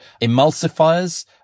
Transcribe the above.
emulsifiers